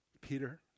Peter